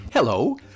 Hello